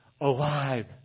alive